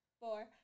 four